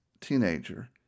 teenager